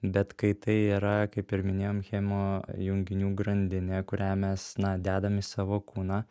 bet kai tai yra kaip ir minėjom chemo junginių grandinė kurią mes na dedam į savo kūną